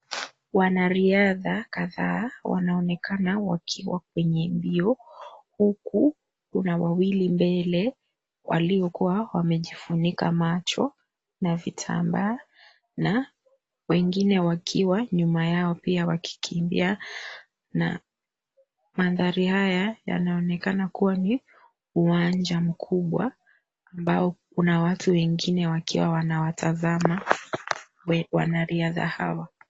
Wanariadha kadhaa wanainekana wakiwa kwenye mbio huku kuna wawili mbele waliokuwa wamejigunika macho na vitambaa na wengine wakiwa nyuma yao pia wakikimbia na mandhari haya inaonekana kuwa ni uwanja mkubwa wakiwa na watu wengine wakiwa wanawatazama wanariadha hawa.